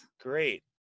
Great